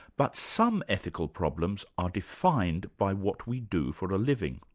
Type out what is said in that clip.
but some ethical problems are defined by what we do for a living.